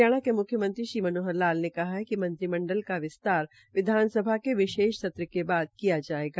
हरियाणा में म्ख्यमंत्री श्री मनोहर लाल ने कहा है कि मंत्रिमंडल का विस्तार विधानसभा के विशेष सत्र के बाद किया जायेगा